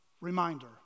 reminder